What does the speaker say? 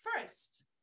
first